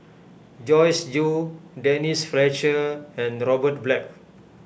Joyce Jue Denise Fletcher and Robert Black